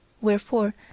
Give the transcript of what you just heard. Wherefore